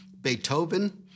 Beethoven